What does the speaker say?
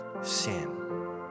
sin